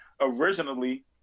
originally